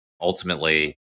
ultimately